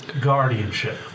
guardianship